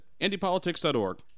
IndyPolitics.org